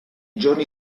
giorni